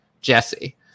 Jesse